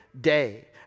day